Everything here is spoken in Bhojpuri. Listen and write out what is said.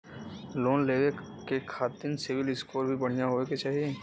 लोन लेवे के खातिन सिविल स्कोर भी बढ़िया होवें के चाही?